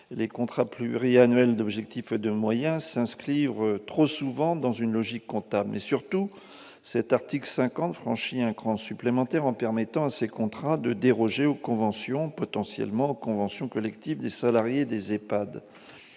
Les contrats pluriannuels d'objectifs et de moyens s'inscrivent trop souvent dans une logique comptable. Surtout, cet article franchit un cran supplémentaire, en permettant à ces contrats de déroger aux conventions collectives des salariés des EHPAD.